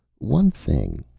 one thing.